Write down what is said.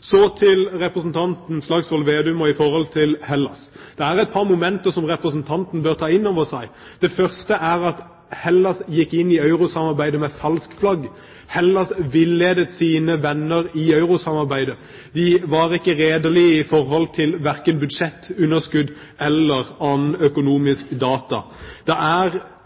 Så til representanten Slagsvold Vedum og Hellas: Det er et par momenter som representanten bør ta inn over seg. Det første er at Hellas gikk inn i eurosamarbeidet med falsk flagg. Hellas villedet sine venner i eurosamarbeidet. De var ikke redelige i forhold til verken budsjettunderskudd eller andre økonomiske data. Det er